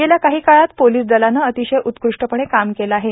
गेल्या काही काळात पोलीस दलानं अतिशय उत्क्रष्टपणे काम केलं आहे